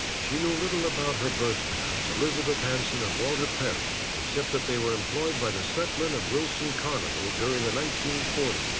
she knew little about her birth parents, elizabeth hanson and walter perry, except that they were employed by the settler and wilson carnival during the nineteen forty s.